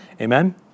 Amen